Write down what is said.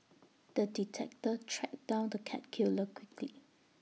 the detective tracked down the cat killer quickly